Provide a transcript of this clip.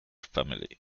family